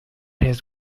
his